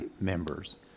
members